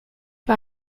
war